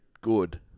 good